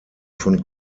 von